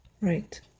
right